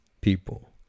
people